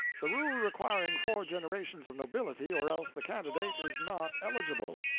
the rule requiring four generations of nobility or else the candidate is not eligible.